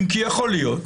אם כי יכול להיות.